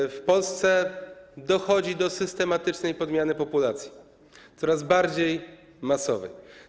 Otóż w Polsce dochodzi do systematycznej podmiany populacji, coraz bardziej masowej.